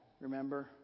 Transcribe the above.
remember